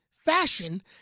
Fashion